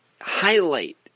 highlight